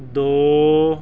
ਦੋ